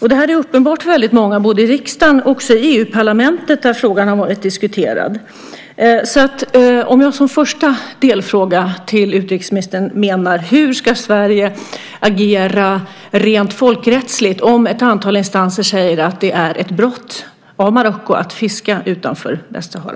Det finns uppenbarligen många som vill diskutera detta både i riksdagen och i EU-parlamentet. Som första delfråga till utrikesministern undrar jag hur Sverige ska agera rent folkrättsligt om ett antal instanser säger att det är ett brott av Marocko att fiska utanför Västsahara.